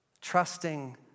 trusting